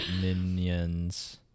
minions